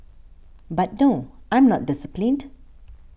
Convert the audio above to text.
but no I'm not disciplined